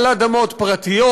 על אדמות פרטיות,